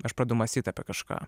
aš pradedu mąstyt apie kažką